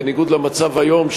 בניגוד למצב היום,